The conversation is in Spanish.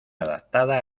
adaptada